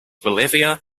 bolivia